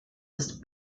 ist